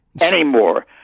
anymore